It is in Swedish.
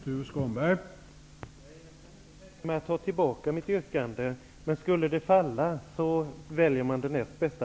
Herr talman! Nej, jag kan inte tänka mig att ta tillbaka mitt yrkande, men om det skulle falla väljer jag det näst bästa.